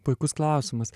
puikus klausimas